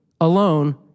alone